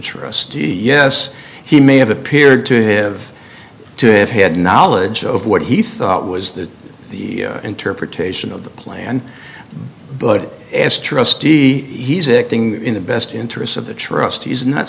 trustee yes he may have appeared to have to have had knowledge of what he thought was that the interpretation of the plan but as trustee he's acting in the best interests of the trustees not